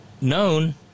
known